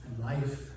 life